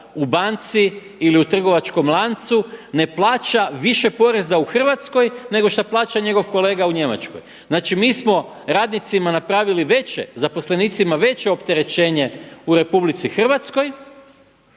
u banci ili u trgovačkom lancu ne plaća više poreza u Hrvatskoj nego što plaća njegov kolega u Njemačkoj. Znači mi smo radnicima napravili veće, zaposlenicima veće opterećenje u RH a manje